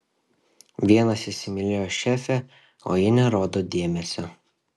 vienas įsimylėjo šefę o ji nerodo dėmesio